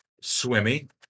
swimming